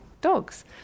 dogs